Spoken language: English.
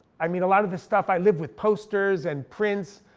i mean a lot of this stuff, i live with posters and prints.